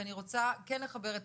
כי אני רוצה כן לחבר את